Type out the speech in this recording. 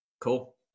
Cool